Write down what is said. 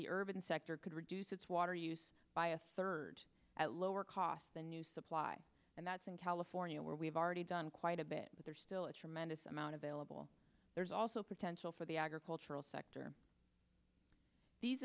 the urban sector could reduce its water use by a third at lower cost than new supply and that's in california where we've already done quite a bit but there's still a tremendous amount available there's also potential for the agricultural sector these